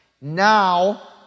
Now